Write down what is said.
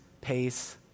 pace